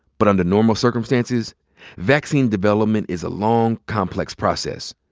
but under normal circumstances vaccine development is a long, complex process.